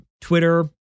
Twitter